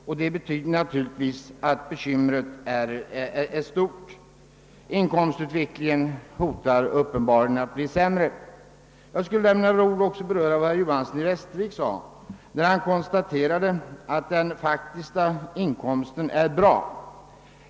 Detta betyder naturligtvis att bekymren är stora, och inkomstutvecklingen hotar uppenbarligen också att bli sämre. Herr Johanson i Västervik sade att den faktiska inkomsten är bra.